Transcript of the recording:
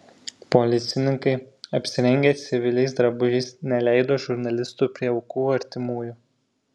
policininkai apsirengę civiliais drabužiais neleido žurnalistų prie aukų artimųjų